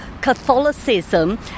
Catholicism